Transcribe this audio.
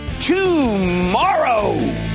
tomorrow